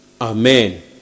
Amen